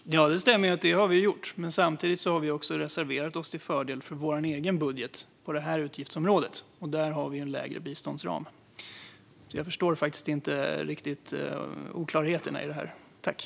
Fru talman! Det stämmer att vi har gjort det. Men samtidigt har vi reserverat oss till förmån för vår egen budget på detta utgiftsområde, och där har vi en lägre biståndsram. Därför förstår jag inte riktigt oklarheterna i fråga om detta.